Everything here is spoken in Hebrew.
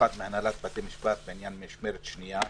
במיוחד מהנהלת בתי המשפט, בעניין משמרת שנייה.